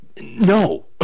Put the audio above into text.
no